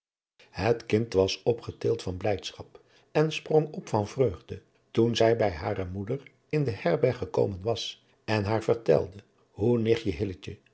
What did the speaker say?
het kind was opgetild van blijdschap en sprong op van vreugde toen zij bij hare moeder in de herberg gekomen was en haar vertelde hoe nicht